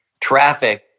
traffic